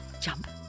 jump